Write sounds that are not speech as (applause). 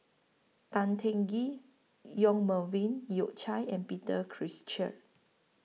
Tan Teng Kee Yong Melvin Yik Chye and Peter (unintelligible) Cheer